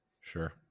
Sure